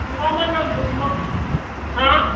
मा मा नांगौ मा हा